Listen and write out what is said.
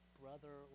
brother